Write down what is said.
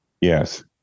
yes